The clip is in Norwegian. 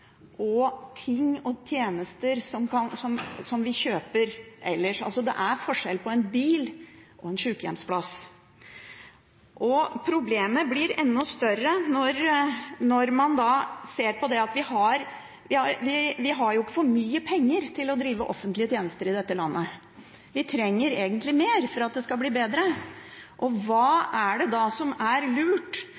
og ting og tjenester som vi kjøper ellers. Det er forskjell på en bil og en sjukehjemsplass. Problemet blir enda større når man ser at vi ikke har for mye penger til å drive offentlige tjenester i dette landet; vi trenger egentlig mer for at det skal bli bedre. Hva er det da som er lurt med at noen skal sitte og